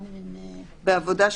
בעבודה,